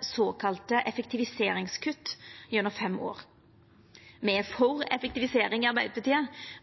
såkalla effektiviseringskutt gjennom fem år. Me i Arbeidarpartiet er for effektivisering,